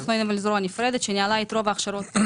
אנחנו היינו זרוע נפרדת שניהלה את רוב ההכשרות.